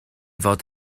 fod